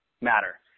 matter